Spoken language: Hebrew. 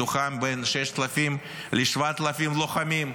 מתוכם בין 6,000 ל-7,000 לוחמים.